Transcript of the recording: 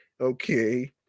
Okay